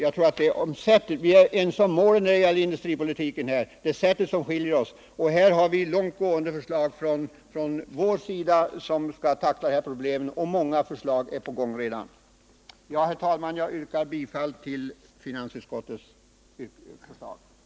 Det är i fråga om metoderna som vi skiljer oss. Vi har härvidlag lagt fram en lång rad förslag om hur man bör tackla problemen, och mycket är redan i gång. Herr talman! Jag yrkar bifall till finansutskottets hemställan i dess helhet.